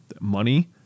money